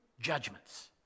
judgments